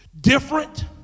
Different